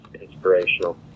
inspirational